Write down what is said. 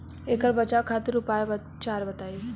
ऐकर बचाव खातिर उपचार बताई?